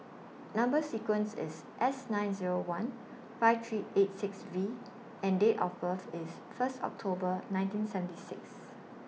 Number sequence IS S nine Zero one five three eight six V and Date of birth IS First October nineteen seventy six